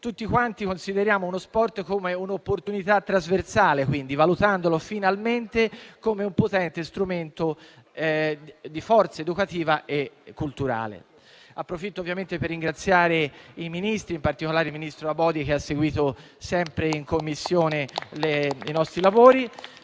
Tutti quanti consideriamo lo sport come un'opportunità trasversale, valutandolo finalmente come un potente strumento di forza evocativa e culturale. Approfitto per ringraziare in particolare il ministro Abodi, che ha seguito sempre in Commissione i nostri lavori